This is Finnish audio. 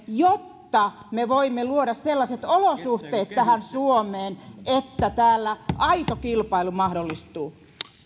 jotta me voimme luoda sellaiset olosuhteet suomeen että täällä aito kilpailu mahdollistuu